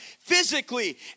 physically